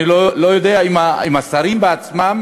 אני לא יודע אם השרים בעצמם